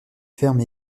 ferme